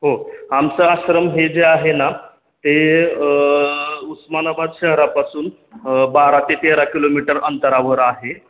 हो आमचा आश्रम हे जे आहे ना ते उस्मानाबाद शहरापासून बारा ते तेरा किलोमीटर अंतरावर आहे